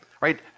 right